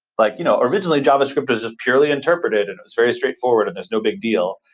like you know originally, javascript is just purely interpreted and it's very straightforward and there's no big deal.